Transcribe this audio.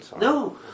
No